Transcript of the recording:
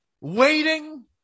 Waiting